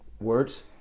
words